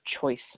choice